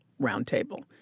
roundtable